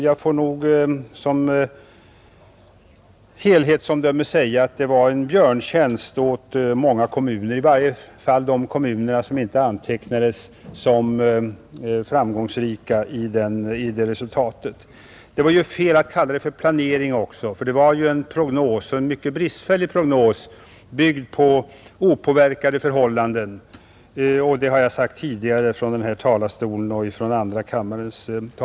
Jag får nog som helhetsomdöme säga att det var en björntjänst åt många kommuner, i varje fall åt de kommuner som inte antecknades som framgångsrika. Det var ju också fel att kalla det för en planering, för det var en prognos, och en mycket bristfällig sådan, byggd på opåverkade förhållanden, Det har jag sagt tidigare från denna talarstol och från f. d. andra kammarens talarstol.